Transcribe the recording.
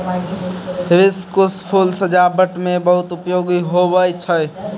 hibiscus फूल सजाबट मे बहुत उपयोगी हुवै छै